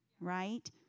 Right